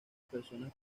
personas